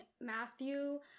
Matthew